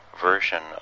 version